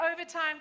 overtime